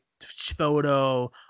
photo